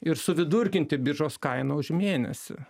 ir suvidurkinti biržos kaina už mėnesį